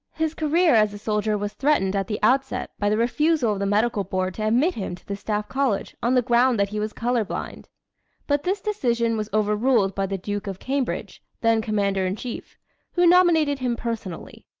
his career as a soldier was threatened at the outset by the refusal of the medical board to admit him to the staff college on the ground that he was color-blind but this decision was over-ruled by the duke of cambridge, then commander-in-chief, who nominated him personally.